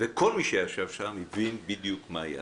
וכל מי שישב שם הבין בדיוק מה היה.